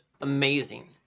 amazing